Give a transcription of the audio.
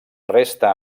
resta